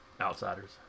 outsiders